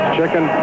Chicken